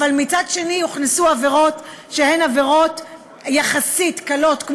אבל מצד שני הוכנסו עבירות שהן עבירות יחסית קלות,